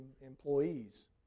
employees